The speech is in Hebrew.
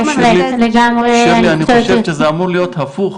שירלי, אני חושב שזה אמור להיות הפוך.